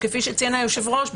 כפי שציין היושב-ראש,